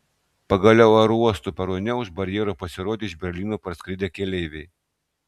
pagaliau aerouosto perone už barjero pasirodė iš berlyno parskridę keleiviai